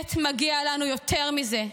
שבאמת מגיע לנו יותר מזה,